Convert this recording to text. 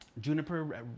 juniper